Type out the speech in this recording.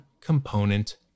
component